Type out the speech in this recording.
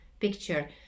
picture